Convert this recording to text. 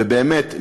ובאמת,